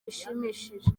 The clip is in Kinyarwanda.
bishimishije